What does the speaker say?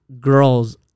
girls